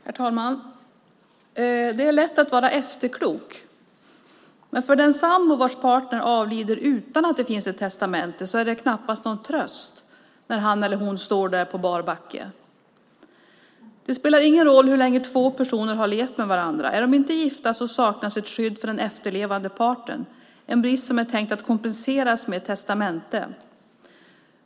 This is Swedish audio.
Herr talman! Det är lätt att vara efterklok, men för den sambo vars partner avlider utan att det finns ett testamente är det knappast någon tröst när han eller hon står där på bar backe. Det spelar ingen roll hur länge två personer har levt med varandra - är de inte gifta saknas ett skydd för den efterlevande parten, en brist som är tänkt att kompenseras med ett testamente.